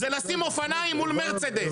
זה לשים אופניים מול מרצדס.